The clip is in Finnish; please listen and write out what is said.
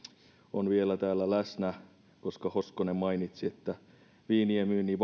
on vielä täällä läsnä koska hoskonen mainitsi että viinien myynnin